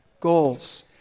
Goals